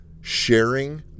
sharing